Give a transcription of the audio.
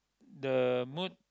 the mood